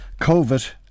COVID